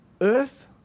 earth